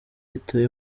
yitaba